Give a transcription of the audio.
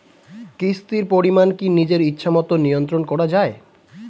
কিস্তির পরিমাণ কি নিজের ইচ্ছামত নিয়ন্ত্রণ করা যায়?